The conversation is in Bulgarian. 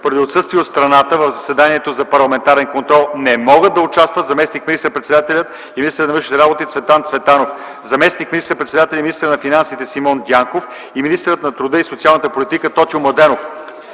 Поради отсъствие от страната в заседанието за парламентарен контрол не могат да участват заместник министър-председателят и министър на вътрешните работи Цветан Цветанов, заместник министър-председателят и министър на финансите Симеон Дянков и министърът на труда и социалната политика Тотю Младенов.